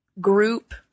group